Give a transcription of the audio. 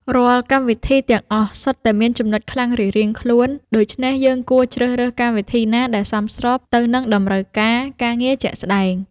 រាល់កម្មវិធីទាំងអស់សុទ្ធតែមានចំណុចខ្លាំងរៀងៗខ្លួន ដូច្នេះយើងគួរជ្រើសរើសកម្មវិធីណាដែលសមស្របទៅនឹងតម្រូវការការងារជាក់ស្តែង។